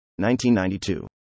1992